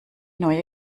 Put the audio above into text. neue